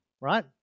right